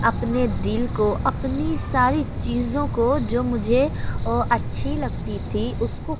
اپنے دل کو اپنی ساری چیزوں کو جو مجھے اچھی لگتی تھی اس کو